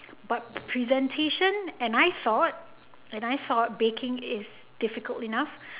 but presentation and I thought and I thought baking is difficult enough